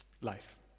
life